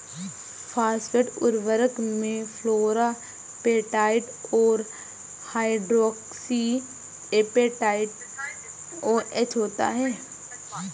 phosphate उर्वरक में fluorapatite और हाइड्रोक्सी एपेटाइट ओएच होता है